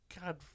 God